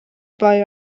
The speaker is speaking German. bei